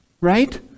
Right